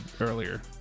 earlier